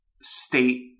state